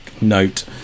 note